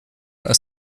als